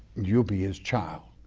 you'll be his child,